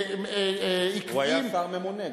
הוא היה שר ממונה.